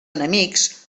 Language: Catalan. enemics